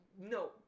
No